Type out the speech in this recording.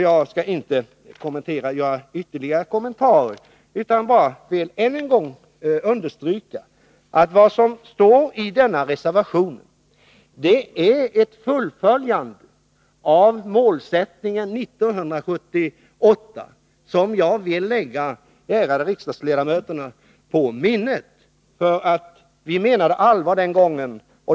Jag skall inte göra några ytterligare kommentarer utan vill bara än en gång understryka att det som står i den reservationen är ett fullföljande av målsättningen enligt riksdagsbeslutet 1978, som jag vill lägga de ärade riksdagsledamöterna på minnet. Vi menade allvar den gången.